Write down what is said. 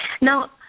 Now